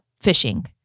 fishing